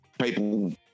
people